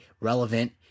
relevant